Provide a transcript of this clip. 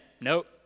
nope